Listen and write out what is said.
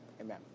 Amen